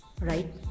right